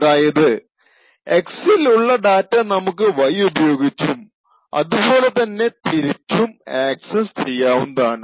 അതായത് X ൽ ഉള്ള ഡാറ്റ നമുക്ക് Y ഉപയോഗിച്ചും അതുപോലെ തന്നെ തിരിച്ചും ആക്സസ് ചെയ്യാവുന്നതാണ്